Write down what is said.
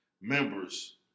members